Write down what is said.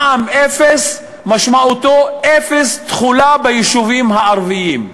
מע"מ אפס משמעותו אפס תחולה ביישובים הערביים,